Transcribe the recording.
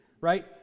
right